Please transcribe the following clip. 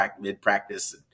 mid-practice